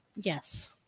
Yes